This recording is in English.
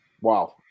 Wow